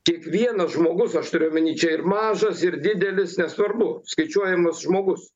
kiekvienas žmogus aš turiu omenyj čia ir mažas ir didelis nesvarbu skaičiuojamas žmogus